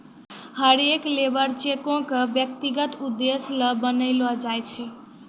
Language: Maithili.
हरेक लेबर चेको क व्यक्तिगत उद्देश्य ल बनैलो जाय छै